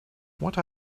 what